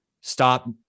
stop